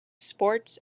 sports